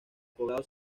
poblado